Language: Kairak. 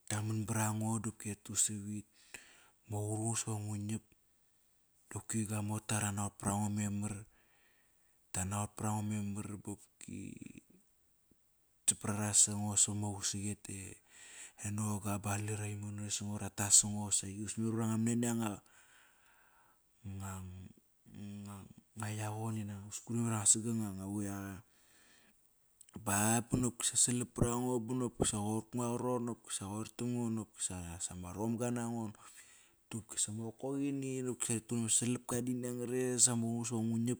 Ktia man barango dopki ete usavit. Ma qurungas ive ngu nap. Dopki gua mota ratnaqot parango memar tanaqot parango memar bopki saporara sango sap ma usik ete nonga ba qalera imone songo, rat tas songo. Saqi, us memar iva nga mania yaqon, inak us kure memar iva sagak anga quyaqa ba bopkisa slap parango banop qoir guanga qarot, nopkisa qoit tam ngo nopsa ma romga nango, nopkisa ma qokoqini slapka dini angares ama qurungas iva ngu nap,